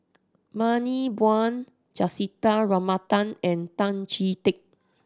Bani Buang Juthika Ramanathan and Tan Chee Teck